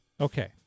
Okay